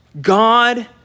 God